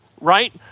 right